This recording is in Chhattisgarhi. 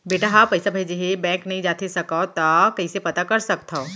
बेटा ह पइसा भेजे हे बैंक नई जाथे सकंव त कइसे पता कर सकथव?